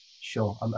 Sure